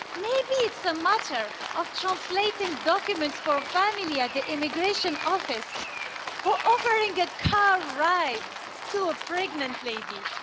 maybe it's a matter of translating documents for a family at the immigration office or offering a car ride to a pregnant lady.